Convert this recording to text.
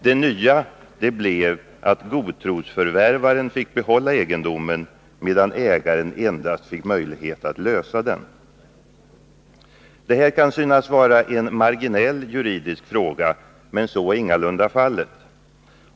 Det nya blev att godtrosförvärvaren fick behålla egendomen medan ägaren endast fick möjlighet att lösa den. Detta kan synas vara en marginell juridisk fråga, men så är ingalunda fallet.